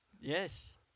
Yes